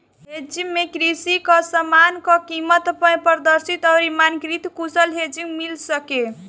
hedge में कृषि कअ समान कअ कीमत में पारदर्शिता अउरी मानकीकृत कुशल हेजिंग मिल सके